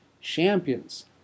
champions